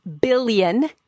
billion